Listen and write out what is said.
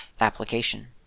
application